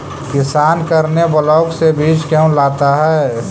किसान करने ब्लाक से बीज क्यों लाता है?